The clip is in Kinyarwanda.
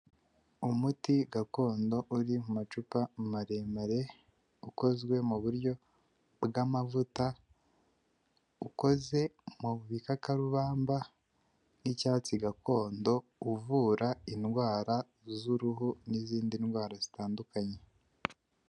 Umuti gakondo uri mu macupa maremare ukozwe mu buryo bw'amavuta, ukoze mu bikakarubamba nk'icyatsi gakondo uvura indwara z'uruhu n'izindi ndwara zitandukanye.